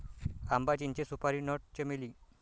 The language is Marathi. आंबा, चिंचे, सुपारी नट, चमेली